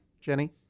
Jenny